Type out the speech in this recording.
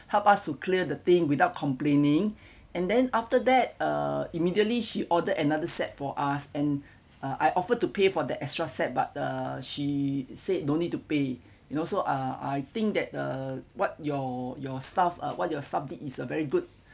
help us to clear the thing without complaining and then after that uh immediately she ordered another set for us and I offered to pay for the extra set but uh she said don't need to pay you know so uh I think that uh what your your staff uh what's your staff did was uh very good